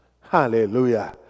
Hallelujah